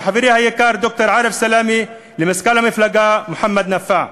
לחברי היקר ד"ר עארף סלאמה ולמזכ"ל המפלגה מוחמד נפאע.